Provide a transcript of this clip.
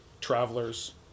travelers